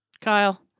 Kyle